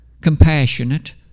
compassionate